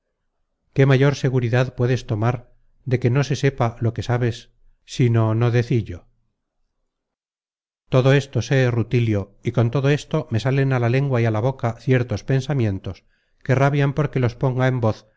qué mayor seguridad puedes tomar de que no se sepa lo que sabes sino no decillo todo esto sé rutilio y con todo esto me salen á la lengua y á la boca ciertos pensamientos que rabian porque los ponga en voz